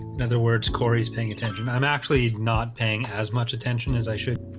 in other words cory's paying attention. i'm actually not paying as much attention as i should